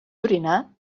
orinar